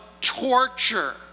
torture